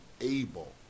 able